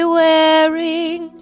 wearing